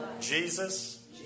Jesus